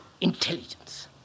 intelligence